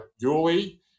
Julie